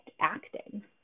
acting